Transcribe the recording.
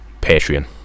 Patreon